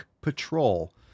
Patrol